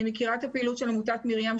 אני מכירה את הפעילות של עמותת 'מרים',